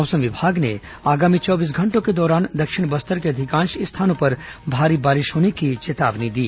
मौसम विमाग ने आगामी चौबीस घंटों के दौरान दक्षिण बस्तर के अधिकांश स्थानों पर भारी बारिश होने की चेतावनी दी